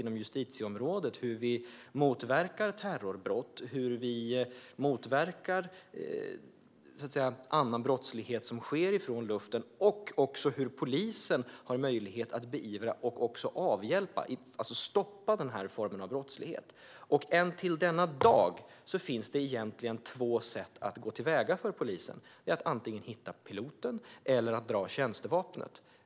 Det handlar om hur vi ska motverka terrorbrott, motverka annan brottslighet som sker från luften och vilka möjligheter polisen har att beivra och avhjälpa, alltså stoppa, den formen av brottslighet. Till den denna dag finns det egentligen två sätt för polisen att gå till väga: antingen att hitta piloten eller att dra tjänstevapnet.